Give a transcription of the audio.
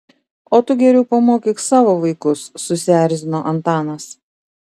o tu geriau pamokyk savo vaikus susierzino antanas